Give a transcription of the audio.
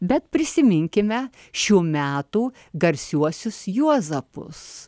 bet prisiminkime šių metų garsiuosius juozapus